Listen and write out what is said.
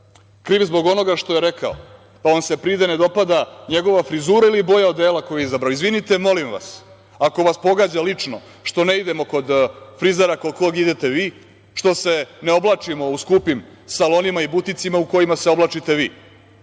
kriv zbog onoga što je rekao, pa vam se pride ne dopada njegova frizura ili boja odela koju je izabrao? Izvinite, molim vas, ako vas pogađa lično što ne idemo kod frizera kod kog idete vi, što se ne oblačimo u skupim salonima i buticima u kojima se oblačite vi,